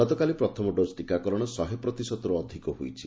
ଗତକାଲି ପ୍ରଥମ ଡୋଜ୍ ଟିକାକରଣ ଶହେ ପ୍ରତିଶତରୁ ଅଧିକ ହୋଇଛି